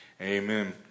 Amen